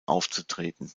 aufzutreten